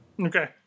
okay